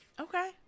Okay